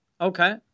Okay